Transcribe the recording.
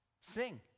Sing